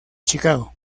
chicago